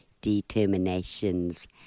determinations